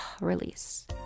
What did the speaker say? release